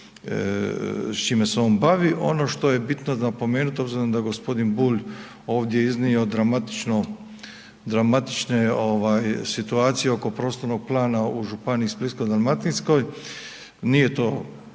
s čime se on bavi, ono što je bitno napomenuti obzirom da je g. Bulj ovdje iznio dramatične situacije oko prostornog plana u županiji Splitsko-dalmatinskoj, nije to